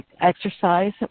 exercise